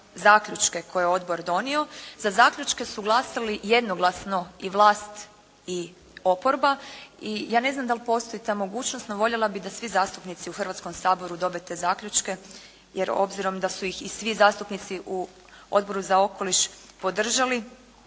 zaključke koje je odbor donio. Za zaključke su glasali jednoglasno i vlast i oporba i ja ne znam da li postoji ta mogućnost no voljela bih da svi zastupnici u Hrvatskom saboru dobiju te zaključke, jer obzirom da su ih svi zastupnici u Odboru za okoliš podržali,